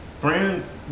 brands